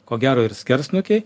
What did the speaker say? ko gero ir skersnukiai